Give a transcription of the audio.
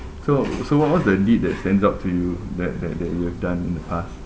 so so what what's the deed that stands up to you that that that you have done in the past